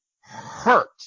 hurt